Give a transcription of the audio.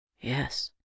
Yes